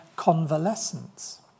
convalescence